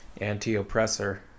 anti-oppressor